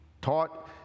taught